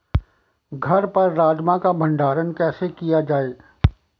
घर पर राजमा का भण्डारण कैसे किया जाय?